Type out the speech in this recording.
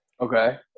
Okay